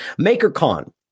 MakerCon